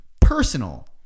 personal